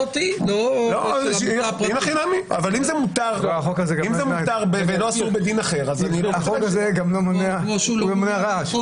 אם זה מותר ולא אסור בדין אחר --- החוק הזה לא מונע רעש.